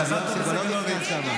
גם לסגלוביץ' מזל טוב.